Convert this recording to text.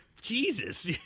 Jesus